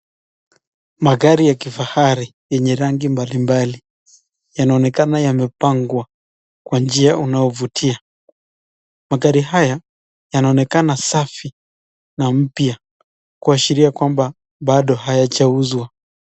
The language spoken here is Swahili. Magari ya kifahari yenye rangi mbalimbali yanaonekana yamepangwa kwa njia inayofutia, magari haya yanaoneka safi na mpya kuashiria kwamba bado hayajauzwa.